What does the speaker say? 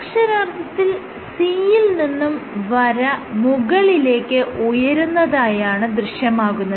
അക്ഷരാർത്ഥത്തിൽ C യിൽ നിന്നും വര മുകളിലേക്ക് ഉയരുന്നതായാണ് ദൃശ്യമാകുന്നത്